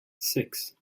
six